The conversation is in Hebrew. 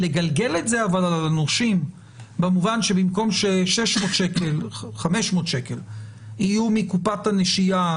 אבל לגלגל את זה על הנושים במובן ש-500 שקל יהיו מקופת הנשייה,